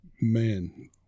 man